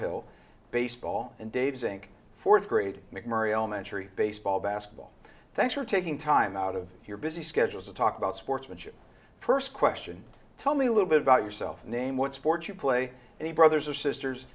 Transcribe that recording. inc fourth grader mcmurray elementary baseball basketball thanks for taking time out of your busy schedule to talk about sportsmanship first question tell me a little bit about yourself name what sport you play any brothers or sisters